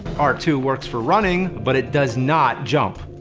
r two works for running, but it does not jump,